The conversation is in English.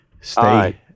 Stay